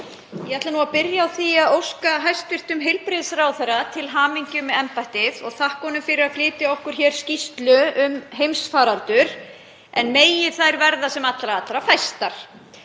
Ég ætla að byrja á því að óska hæstv. heilbrigðisráðherra til hamingju með embættið og þakka honum fyrir að flytja okkur hér skýrslu um heimsfaraldur, en megi þær verða sem allra allra fæstar.